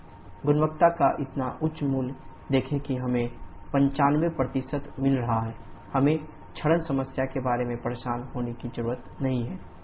Pc 09S33 गुणवत्ता का इतना उच्च मूल्य देखें कि हमें 95 मिल रहा है हमें क्षरण समस्या के बारे में परेशान होने की जरूरत नहीं है